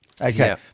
Okay